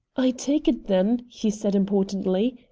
i take it then, he said importantly,